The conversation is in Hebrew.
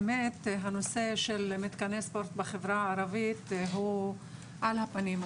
האמת הנושא של מתקני ספורט בחברה הערבית הוא על הפנים.